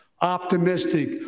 optimistic